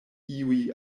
iuj